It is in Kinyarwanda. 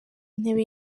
ntebe